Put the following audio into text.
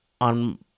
on